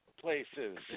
places